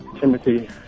Timothy